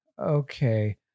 Okay